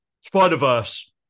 Spider-Verse